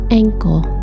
ankle